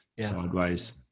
sideways